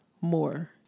more